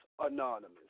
Anonymous